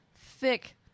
thick